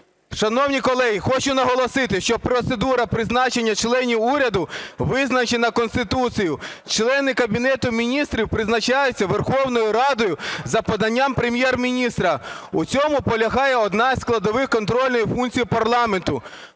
Шановні колеги, хочу наголосити, що процедура призначення членів уряду визначена Конституцією. Члени Кабінету Міністрів призначаються Верховною Радою за поданням Прем’єр-міністра. У цьому полягає одна зі складових контрольної функції парламенту